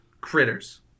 critters